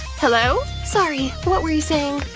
hello? sorry, what were you saying?